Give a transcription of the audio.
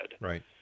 right